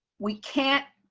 we can't,